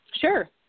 Sure